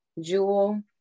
jewel